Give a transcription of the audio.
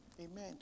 amen